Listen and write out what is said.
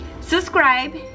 subscribe